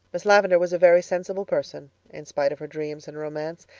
miss lavendar was a very sensible person, in spite of her dreams and romance,